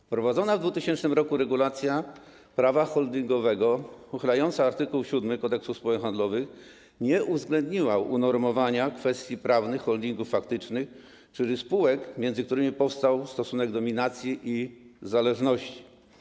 Wprowadzona w 2000 r. regulacja prawa holdingowego uchylająca art. 7 Kodeksu spółek handlowych nie uwzględniła unormowania kwestii prawnych holdingów faktycznych, czyli spółek, między którymi powstał stosunek dominacji i zależności.